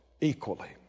equally